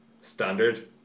standard